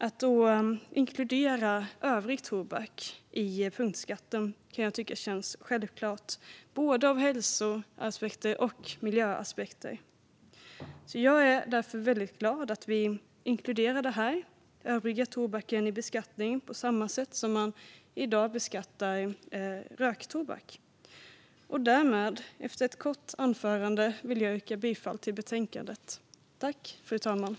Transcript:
Att inkludera övrig tobak i punktskatten känns för mig självklart, utifrån både hälso och miljöaspekter. Jag är därför väldigt glad över att vi inkluderar den övriga tobaken i beskattningen på samma sätt som man i dag beskattar röktobak. En heltäckande tobaks-beskattning - för ökad tydlighet och enhetlig-het Efter detta korta anförande vill jag yrka bifall till utskottets förslag i betänkandet.